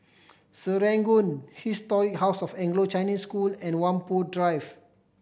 Serangoon Historic House of Anglo Chinese School and Whampoa Drive